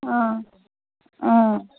অঁ অঁ